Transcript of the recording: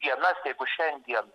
dienas jeigu šiandien